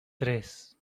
tres